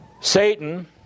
Satan